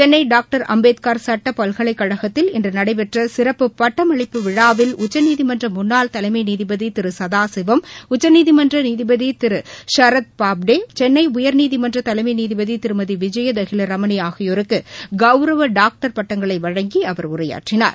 சென்னைடாக்டர் அம்பேத்கர் சட்டபல்கலைக் கழகத்தில் இன்றுநடைபெற்றசிறப்பு பட்டமளிப்பு விழாவில் உச்சநீதிமன்றமுன்னாள் தலைமைநீதிபதிதிருசதாசிவம் உச்சநீதிமன்றநீதிபதிதிரு ஷரத் பாப்டே சென்னைஉயா்நீதிமன்றதலைமைநீதிபதிருமதிவிஜயதஹிலரமணிஆகியோருக்குகௌரவடாக்டா் பட்டங்களைவழங்கிஅவர் உரையாற்றினார்